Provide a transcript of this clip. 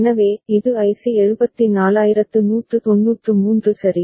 எனவே இது ஐசி 74193 சரி